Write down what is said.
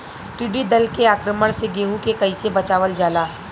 टिडी दल के आक्रमण से गेहूँ के कइसे बचावल जाला?